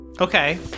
okay